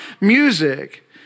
music